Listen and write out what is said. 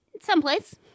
Someplace